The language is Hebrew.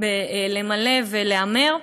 למלא ולהמר,